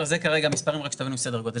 זה המספרים, רק שתבינו את סדר הגודל.